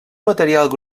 material